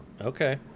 okay